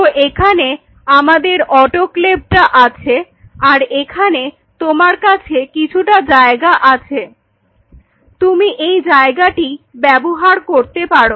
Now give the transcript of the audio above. তো এখানে আমাদের অটোক্লেভ টা আছে আর এখানে তোমার কাছে কিছুটা জায়গা আছেতুমি এই জায়গাটি ব্যবহার করতে পারো